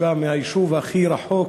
שבא מהיישוב הכי רחוק בדרום,